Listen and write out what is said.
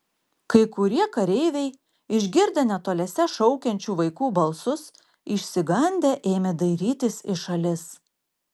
kai kurie kareiviai išgirdę netoliese šaukiančių vaikų balsus išsigandę ėmė dairytis į šalis